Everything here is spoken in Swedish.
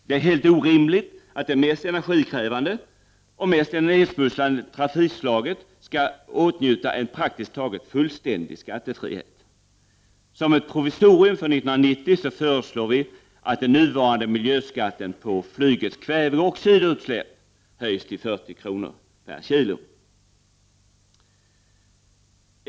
Det är helt orimligt att det mest energikrävande och mest nedsmutsande trafikslaget skall åtnjuta en praktiskt taget fullständig skattefrihet. Som ett provisorium för 1990 föreslår vi att den nuvarande miljöskatten på flygets kväveoxidutsläpp höjs till 40 kr./kg.